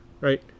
Right